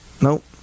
Nope